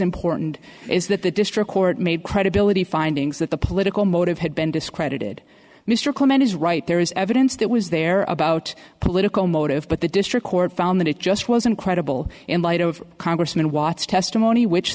important is that the district court made credibility findings that the political motive had been discredited mr coleman is right there is evidence that was there about a political motive but the district court found that it just wasn't credible in light of congressman watts testimony which